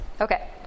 Okay